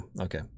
okay